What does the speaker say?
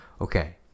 Okay